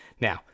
now